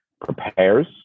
prepares